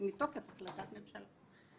מתוקף החלטת ממשלה.